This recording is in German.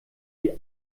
die